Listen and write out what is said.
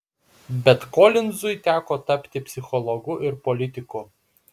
bet kolinzui teko tapti psichologu ir politiku